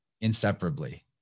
inseparably